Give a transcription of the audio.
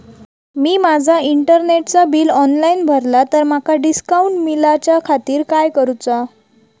मी माजा इंटरनेटचा bill online भरला तर माका डिस्काउंट मिलाच्या खातीर काय करुचा?